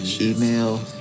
email